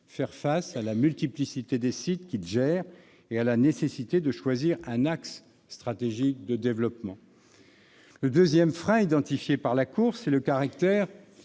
faire face à la multiplicité des sites qu'il gère et à la nécessité de choisir un axe stratégique de développement. Le deuxième frein identifié par la Cour, c'est le caractère